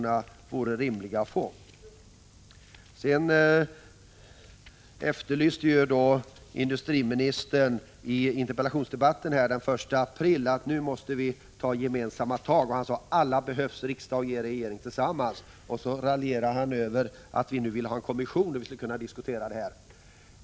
Det vore rimligt att vi fick svar på de frågorna. I interpellationsdebatten den 1 april framhöll industriministern att vi måste ta gemensamma tag. Han sade: Alla behövs, riksdag och regering tillsammans. Nu raljerar han över att vi vill ha en kommission där vi skulle kunna diskutera de här frågorna.